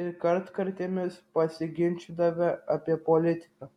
ir kartkartėmis pasiginčydavę apie politiką